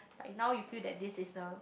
like now you feel that this is the